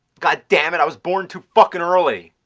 goddammit. i was born too fucking early!